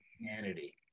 humanity